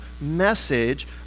message